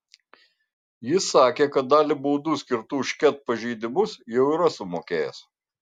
jis sakė kad dalį baudų skirtų už ket pažeidimus jau yra sumokėjęs